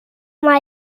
mal